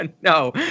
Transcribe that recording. No